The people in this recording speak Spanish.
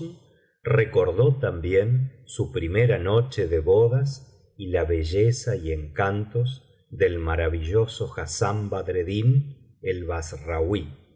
recordó también su primera noche de bodas y la belleza y encantos del maravilloso hassán badreddin ekbassrauí